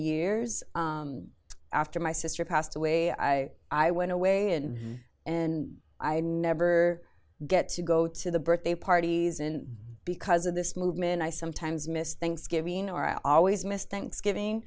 years after my sister passed away i i went away and i never get to go to the birthday parties and because of this movement i sometimes miss thanksgiving are always missed thanksgiving